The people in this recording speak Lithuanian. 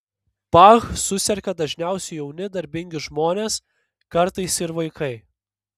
pah suserga dažniausiai jauni darbingi žmonės kartais ir vaikai